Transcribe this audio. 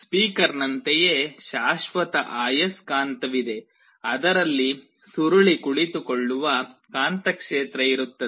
ಸ್ಪೀಕರ್ನಂತೆಯೇ ಶಾಶ್ವತ ಆಯಸ್ಕಾಂತವಿದೆ ಅದರಲ್ಲಿ ಸುರುಳಿ ಕುಳಿತುಕೊಳ್ಳುವ ಕಾಂತಕ್ಷೇತ್ರ ಇರುತ್ತದೆ